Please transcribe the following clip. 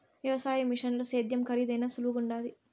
వ్యవసాయ మిషనుల సేద్యం కరీదైనా సులువుగుండాది